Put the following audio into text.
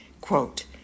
quote